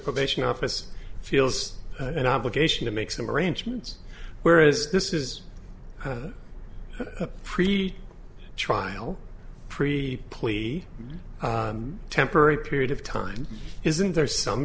probation office feels an obligation to make some arrangements whereas this is a pretty trial pre plea temporary period of time isn't there some